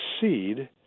seed